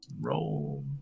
roll